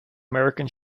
american